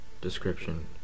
Description